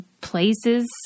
places